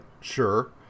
sure